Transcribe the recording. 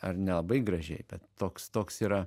ar nelabai gražiai bet toks toks yra